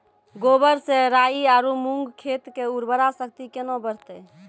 गोबर से राई आरु मूंग खेत के उर्वरा शक्ति केना बढते?